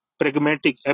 pragmatic